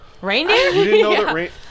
Reindeer